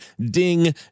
DING